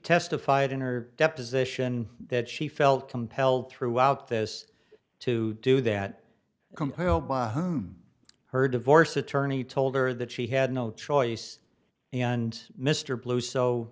testified in her deposition that she felt compelled throughout this to do that compelled by her divorce attorney told her that she had no choice and mr blue so